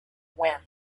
when